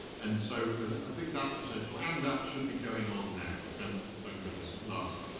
and so i think that's essential, and that should be going on now, and thank goodness, at last.